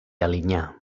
alinyà